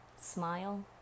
smile